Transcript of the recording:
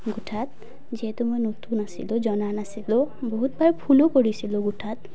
গোঠাত যিহেতু মই নতুন নাছিলোঁ জনা নাছিলোঁ বহুতবাৰ ভুলো কৰিছিলোঁ গোঠাত